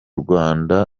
rwanda